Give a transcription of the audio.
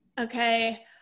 okay